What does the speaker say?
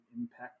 impact